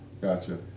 Gotcha